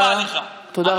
תצעק כמה שבא לך, תודה רבה.